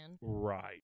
Right